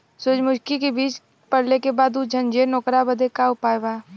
सुरजमुखी मे बीज पड़ले के बाद ऊ झंडेन ओकरा बदे का उपाय बा?